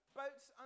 boats